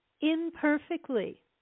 imperfectly